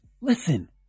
listen